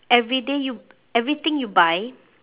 every day yo~ everything you buy